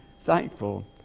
thankful